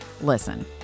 Listen